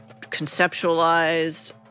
conceptualized